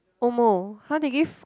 omo !huh! they give